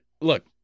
look